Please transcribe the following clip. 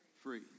free